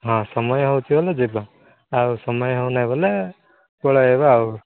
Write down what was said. ହଁ ସମୟ ହେଉଛି ବୋଲେ ଯିବା ଆଉ ସମୟ ଆଉ ହେଉନାଇଁ ବୋଲେ ପଳେଇବା ଆଉ